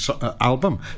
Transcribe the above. album